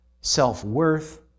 self-worth